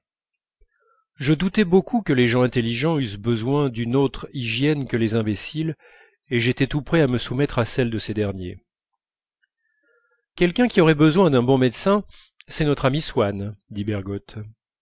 je doutais beaucoup que les gens intelligents eussent besoin d'une autre hygiène que les imbéciles et j'étais tout prêt à me soumettre à celle de ces derniers quelqu'un qui aurait besoin d'un bon médecin c'est notre ami swann dit bergotte